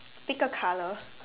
pick a color